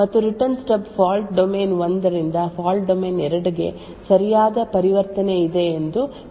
ಮತ್ತು return stub fault domain 1 ರಿಂದ fault domain 2 ಗೆ ಸರಿಯಾದ ಪರಿವರ್ತನೆ ಇದೆ ಎಂದು ಖಚಿತಪಡಿಸುತ್ತದೆ ಮತ್ತು ಪ್ರತಿಯಾಗಿ